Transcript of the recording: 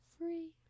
free